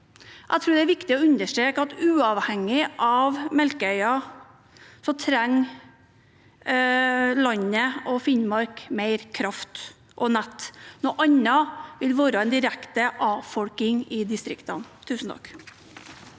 Jeg tror det er viktig å understreke at uavhengig av Melkøya trenger landet og Finnmark mer kraft og mer nett. Noe annet ville bety en direkte avfolking av distriktene. Mani